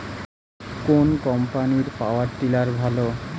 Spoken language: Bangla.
কোন কম্পানির পাওয়ার টিলার ভালো?